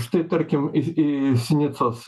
štai tarkim į sinicos